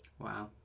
Wow